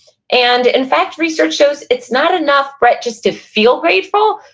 and in fact, research shows it's not enough but just to feel grateful,